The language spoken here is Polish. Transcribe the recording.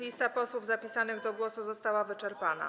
Lista posłów zapisanych do głosu została wyczerpana.